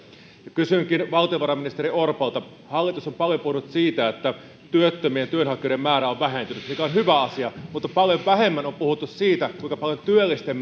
kysynkin valtiovarainministeri orpolta hallitus on paljon puhunut siitä että työttö mien työnhakijoiden määrä on vähentynyt mikä on hyvä asia mutta paljon vähemmän on puhuttu siitä kuinka paljon työllisten